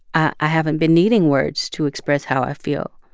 i haven't been needing words to express how i feel.